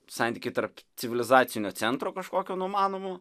santykiai tarp civilizacinio centro kažkokio numanomo